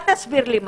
אל תסביר לי מטריה.